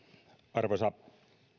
arvoisa